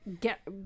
get